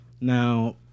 Now